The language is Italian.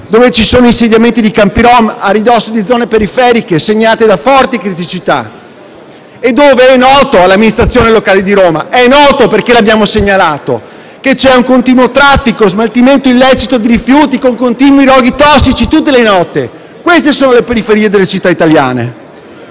dove ci sono insediamenti di campi rom a ridosso di zone periferiche segnate da forti criticità? È noto all'amministrazione locale di Roma, perché l'abbiamo segnalato, che lì c'è un continuo traffico per lo smaltimento illecito dei rifiuti, con continui roghi tossici, tutte le notti. Queste sono le periferie delle città italiane.